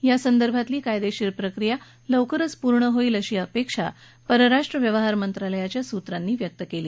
या संदर्भातली कायदेशीर प्रक्रिया लवकरच पूर्ण होईल अशी अपेक्षा परराष्ट्र व्यवहार मंत्रालयाच्या सूत्रांनी व्यक्त केली